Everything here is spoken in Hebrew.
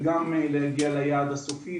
וגם להגיע ליעד הסופי.